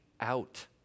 out